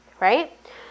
right